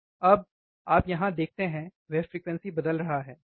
अब आप यहाँ देखते हैं वह फ्रीक्वेंसी बदल रहा है है ना